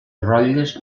rotlles